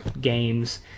games